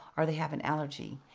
or they have an allergy.